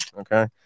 okay